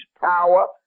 power